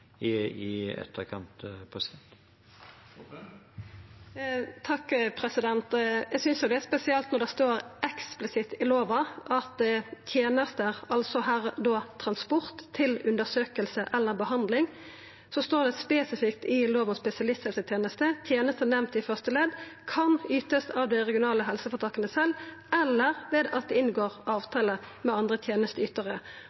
i etterkant. Eg synest det er spesielt når det står eksplisitt i lova, spesifikt i Lov om spesialisthelsetjenesten, at «tjenester» – altså her transport til undersøking eller behandling – «nevnt i første ledd kan ytes av de regionale helseforetakene selv, eller ved at de inngår